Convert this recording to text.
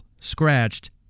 scratched